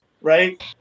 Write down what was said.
right